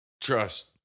Trust